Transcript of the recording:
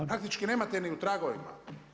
Praktički nemate ni u tragovima.